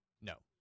No